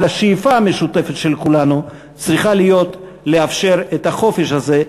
אבל השאיפה המשותפת של כולנו צריכה להיות לאפשר את החופש הזה.